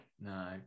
no